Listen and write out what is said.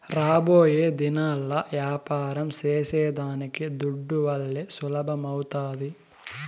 రాబోయేదినాల్ల యాపారం సేసేదానికి దుడ్డువల్లే సులభమౌతాది